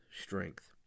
strength